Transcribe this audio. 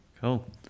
Cool